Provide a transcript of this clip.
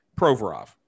Provorov